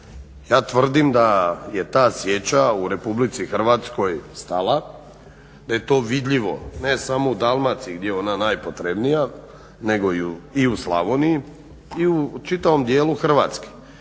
ja tvrdim da je ta sječa u RH stala da je to vidljivo ne samo u Dalmaciji gdje je ona najprotrebije nego i u Slavoniji i u čitavom dijelu Hrvatske.